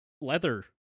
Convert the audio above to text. leather